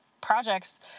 projects